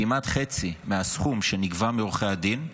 כמעט חצי מהסכום שנגבה מעורכי הדין,